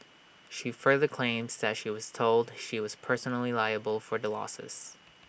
she further claims that she was told she was personally liable for the losses